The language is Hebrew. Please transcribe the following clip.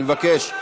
אני מבקש.